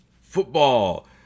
football